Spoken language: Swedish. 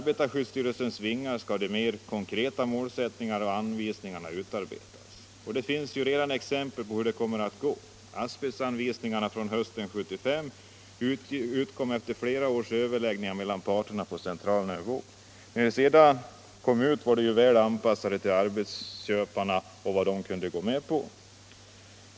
betarskyddsstyrelsens vingar skall de mer konkreta målsättningarna och anvisningarna utarbetas. Det finns redan exempel på hur det kommer att gå till. Asbestanvisningarna från hösten 1975 utgick från flera års överläggningar mellan parter på central nivå. När de sedan kom var de väl anpassade till vad arbetsköparna kunde gå med på.